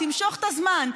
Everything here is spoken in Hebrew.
תמשוך את הזמן.